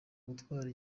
gutwara